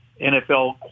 NFL